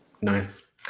Nice